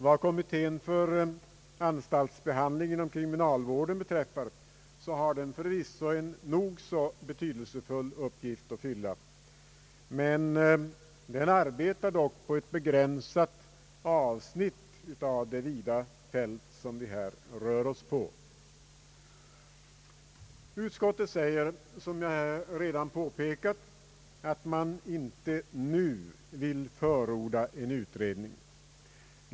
Vad kommittén för anstaltsbehandling inom kriminalvården beträffar så har den förvisso en nog så betydelsefull uppgift att fylla, men den arbetar dock på ett begränsat avsnitt av det vida fält vi här rör oss på. Utskottet säger, som jag redan påpekat, att man inte nu vill förorda en utredning.